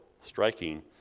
striking